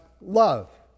love